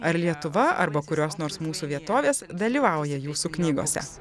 ar lietuva arba kurios nors mūsų vietovės dalyvauja jūsų knygose